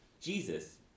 Jesus